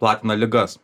platina ligas